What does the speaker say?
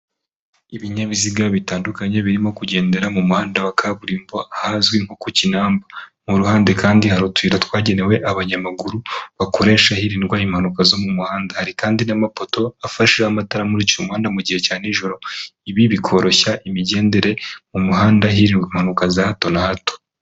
Ibinyabiziga bitandukanye birimo kugendera mu muhanda wa kaburimbo, ahazwi nko ku Kinamba, mu ruhande kandi hari utuyira twagenewe abanyamaguru, bakoresha hirindwa impanuka zo mu muhanda, hari kandi n'amapoto afasheho amatara amurikira umuhanda gihe cya nijoro, ibi bikoroshya imigendere mu muhanda hirindwa impanuka za hato na hato.